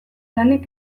lanik